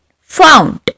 found